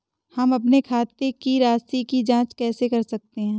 हम अपने खाते की राशि की जाँच कैसे कर सकते हैं?